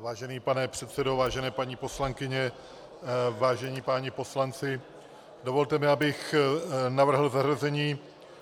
Vážený pane předsedo, vážené paní poslankyně, vážení páni poslanci, dovolte mi, abych navrhl zařazení